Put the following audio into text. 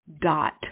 dot